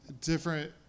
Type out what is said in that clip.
different